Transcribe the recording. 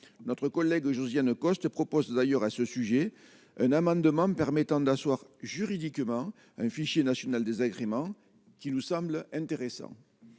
notre collègue Josiane Costes propose d'ailleurs à ce sujet un amendement permettant d'asseoir juridiquement un fichier national désagrément qui nous semble intéressant